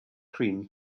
cream